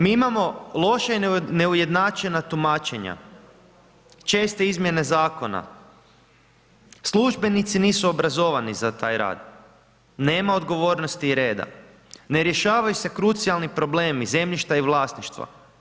Mi imamo loše i neujednačena tumačenja, česte izmjene zakona, službenici nisu obrazovani za taj rad, nema odgovornosti i reda, ne rješavaju se krucijalni problemi, zemljišta i vlasništva.